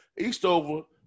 Eastover